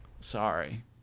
Sorry